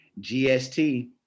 GST